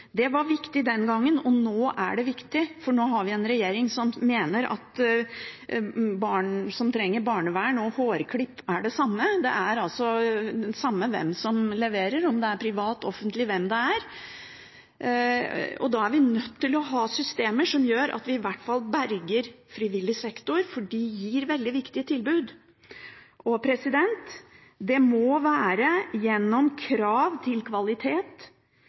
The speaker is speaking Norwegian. Det var viktig den gangen, og det er viktig nå, for nå har vi en regjering som mener at barn som trenger barnevern og hårklipp, er det samme. Det er altså det samme hvem som leverer, om det er privat, offentlig, eller hvem det er. Da er vi nødt til å ha systemer som gjør at vi i hvert fall berger frivillig sektor, for de gir veldig viktige tilbud. Det må være gjennom krav til kvalitet,